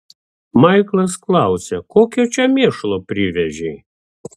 maiklas klausė kokio čia mėšlo privežei